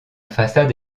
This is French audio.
façade